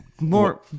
more